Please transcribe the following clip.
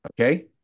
Okay